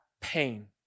pain